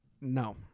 No